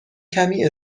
کمی